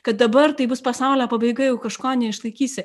kad dabar tai bus pasaulio pabaiga jeigu kažko neišlaikysi